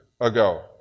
ago